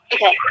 Okay